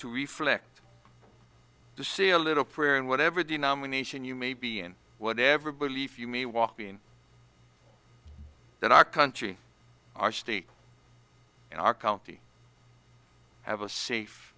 to reflect to see a little prayer and whatever the nomination you may be and what ever believe you me walking that our country our city and our county have a safe